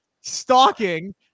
stalking